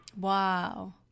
Wow